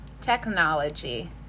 technology